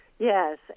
Yes